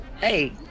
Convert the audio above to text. Hey